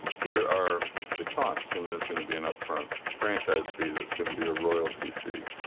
here are the costs. and there's going to be an upfront franchise fee, there's going to be a royalty fee,